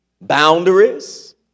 boundaries